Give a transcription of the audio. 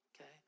okay